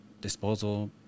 disposal